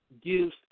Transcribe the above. gives